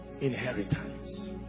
inheritance